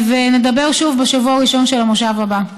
ונדבר שוב בשבוע הראשון של המושב הבא.